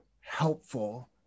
helpful